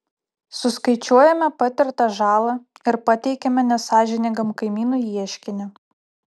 suskaičiuojame patirtą žalą ir pateikiame nesąžiningam kaimynui ieškinį